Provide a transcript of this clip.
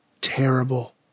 terrible